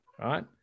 right